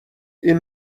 این